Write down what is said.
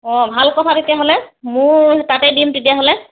অঁ ভাল কথা তেতিয়াহ'লে মোৰ তাতে দিম তেতিয়াহ'লে